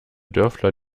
dörfler